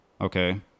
okay